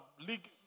league